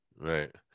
Right